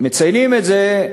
מציינים את זה,